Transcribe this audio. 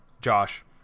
Josh